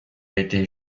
été